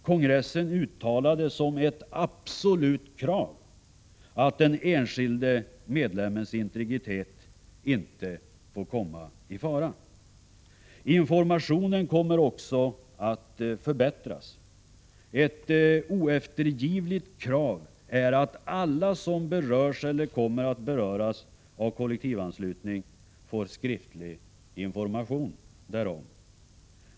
Kongressen uttalade som ett absolut krav att den enskilde medlemmens integritet inte får komma i fara. Informationen kommer också att förbättras. Ett oeftergivligt krav är att alla som berörs eller kommer att beröras av kollektivanslutning får skriftlig information därom.